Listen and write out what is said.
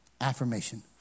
affirmation